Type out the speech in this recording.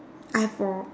eye prob~